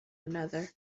another